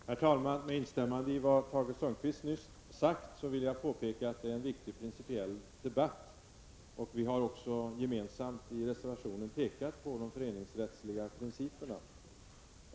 Herr talman! Med instämmande i vad Tage Sundkvist nyss har sagt vill jag påpeka att detta är en viktig principiell debatt. Vi har också gemensamt i reservationen pekat på de föreningsrättsliga principerna.